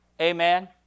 Amen